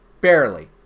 Barely